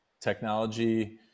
technology